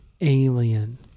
alien